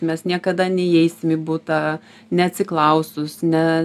mes niekada neįeisim į butą neatsiklausus ne